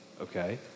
okay